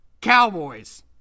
cowboys